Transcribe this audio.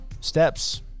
Steps